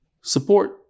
support